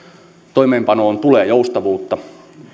toimeenpanoon tulee joustavuutta